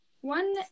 one